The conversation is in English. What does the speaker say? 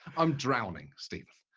i'm drowning, steve.